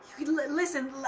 listen